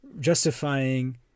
justifying